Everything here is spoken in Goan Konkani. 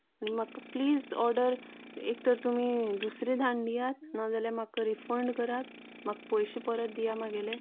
म्हाका प्लीज ऑर्डर एक तर तुमी दुसरी धाडुन दियात ना जाल्यार म्हाका रिफंन्ड करात म्हाका पयशें परत दियात मागेले